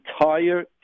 entire